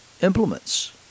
implements